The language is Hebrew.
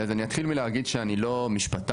אז אני אתחיל מלהגיד שאני לא משפטן,